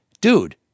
dude